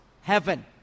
heaven